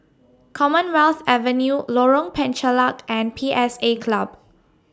Commonwealth Avenue Lorong Penchalak and P S A Club